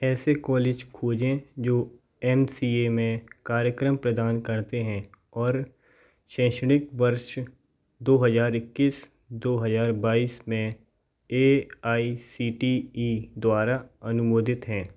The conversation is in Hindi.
ऐसे कॉलेज खोजें जो एम सी ए में कार्यक्रम प्रदान करते हैं और शैक्षणिक वर्ष दो हज़ार इक्कीस दो हज़ार बाईस में A I C T E द्वारा अनुमोदित हैं